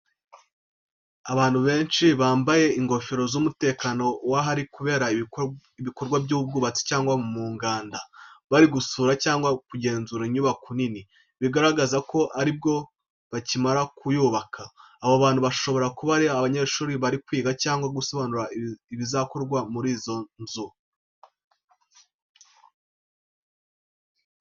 Abantu benshi bambaye ingofero z’umutekano w'ahari kubera ibikorwa by'ubwubatsi cyangwa mu nganda. Bari gusura cyangwa kugenzura inyubako nini, bigaragara ko ari bwo bakimara kuyubaka. Abo bantu bashobora kuba ari abanyeshuri bari kwiga cyangwa gusobanurirwa ibizakorerwa muri ino nzu.